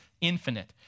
infinite